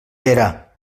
vera